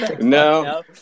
No